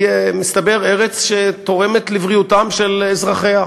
היא, מסתבר, ארץ שתורמת לבריאותם של אזרחיה.